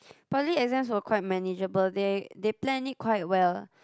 poly exams were quite manageable they they plan it quite well